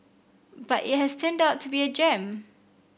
but it has turned out to be a gem